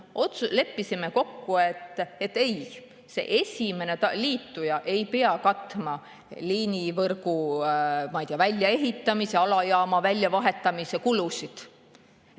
leppisime kokku, et ei, esimene liituja ei pea katma liinivõrgu, ma ei tea, väljaehitamise ja alajaama väljavahetamise kulusid.